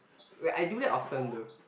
wait I do that often though